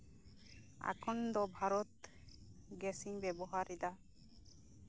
ᱮᱠᱷᱚᱱ ᱫᱚ ᱵᱷᱟᱨᱚᱛ ᱜᱮᱥᱤᱧ ᱵᱮᱵᱚᱦᱟᱨᱚᱫᱟ